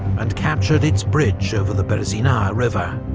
and captured its bridge over the berezina river.